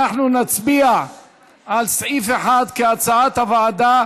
אנחנו נצביע בקריאה שנייה על סעיף 1 כהצעת הוועדה.